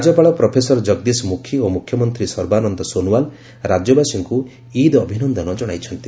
ରାଜ୍ୟପାଳ ପ୍ରଫେସର ଜଗଦୀଶ ମୁଖୀ ଓ ମୁଖ୍ୟମନ୍ତ୍ରୀ ସର୍ବାନନ୍ଦ ସୋନୱାଲ ରାଜ୍ୟବାସୀଙ୍କୁ ଇଦ୍ ଅଭିନନ୍ଦନ ଜଣାଇଛନ୍ତି